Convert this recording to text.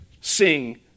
sing